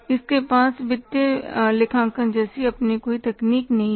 इसके पास वित्तीय लेखांकन जैसी अपनी कोई तकनीक नहीं है